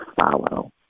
follow